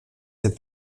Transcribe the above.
cette